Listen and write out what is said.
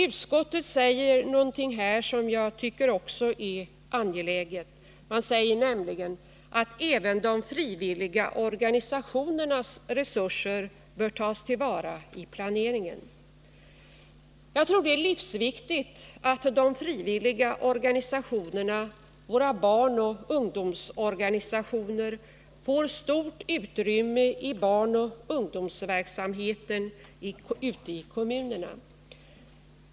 Utskottet säger följande — och det tycker jag är angeläget: ”Även de frivilliga organisationernas resurser bör tas till vara i planeringen.” Jag tror att det är livsviktigt att de frivilliga organisationerna och våra barnoch ungdomsorganisationer ges stort utrymme i barnoch ungdomsverksamheten ute i kommunerna.